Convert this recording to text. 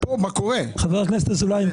חבר הכנסת אזולאי,